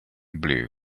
blue